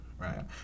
right